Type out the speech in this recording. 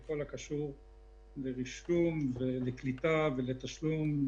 זה כמובן גם הזמן לשדרג את החינוך המקצועי,